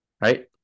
right